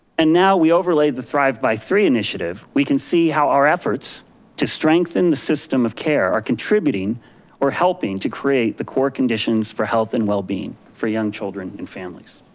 and now we overlay the thrive by three initiative, we can see how our efforts to strengthen the system of care are contributing or helping to create the core conditions for health and well being for young children and families.